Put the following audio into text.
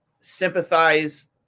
sympathize